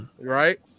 right